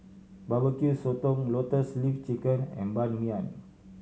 Barbecue Sotong Lotus Leaf Chicken and Ban Mian